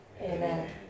Amen